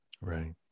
Right